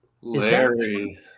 Larry